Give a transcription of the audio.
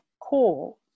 call